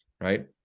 right